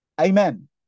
Amen